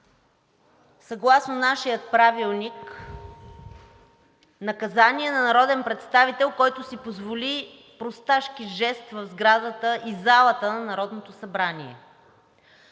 съгласно нашия Правилник наказание на народен представител, който си позволи просташки жест в сградата и в залата на Народното събрание.